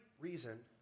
reason